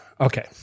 okay